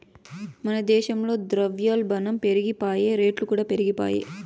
మన దేశంల ద్రవ్యోల్బనం పెరిగిపాయె, రేట్లుకూడా పెరిగిపాయె